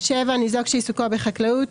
ניזוק שעיסוקו בחקלאות,